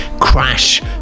Crash